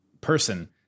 person